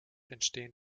entstehen